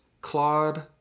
Claude